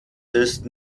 ist